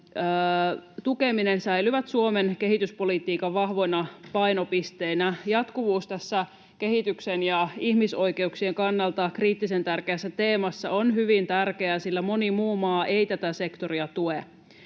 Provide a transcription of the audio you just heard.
tukeminen säilyvät Suomen kehityspolitiikan vahvoina painopisteinä. Jatkuvuus tässä kehityksen ja ihmisoikeuksien kannalta kriittisen tärkeässä teemassa on hyvin tärkeää, sillä moni muu maa ei tätä sektoria tue.